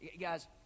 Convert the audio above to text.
Guys